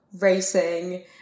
racing